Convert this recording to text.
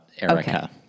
Erica